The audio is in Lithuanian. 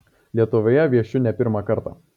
lietuvoje viešiu ne pirmą kartą